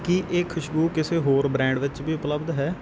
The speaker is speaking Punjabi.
ਕੀ ਇਹ ਖੁਸ਼ਬੂ ਕਿਸੇ ਹੋਰ ਬ੍ਰਾਂਡ ਵਿੱਚ ਉਪਲੱਬਧ ਹੈ